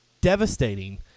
devastating